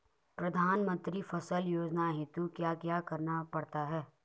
प्रधानमंत्री फसल योजना हेतु क्या क्या करना पड़ता है?